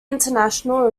international